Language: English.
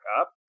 up